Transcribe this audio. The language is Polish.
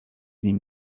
nim